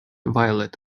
violet